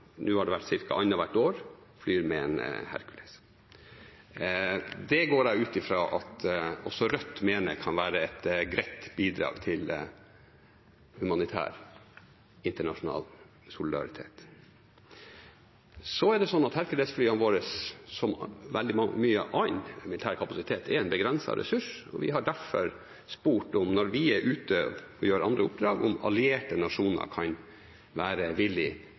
nå har det vært ca. annethvert år – og flyr med et Hercules. Det går jeg ut fra at også Rødt mener kan være et greit bidrag til humanitær internasjonal solidaritet. Så er det sånn at Hercules-flyene våre, som veldig mye annen militær kapasitet, er en begrenset ressurs. Vi har derfor spurt om allierte nasjoner kan være villige til å fly til Jan Mayen hvis det skulle være